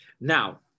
Now